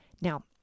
Now